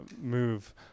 move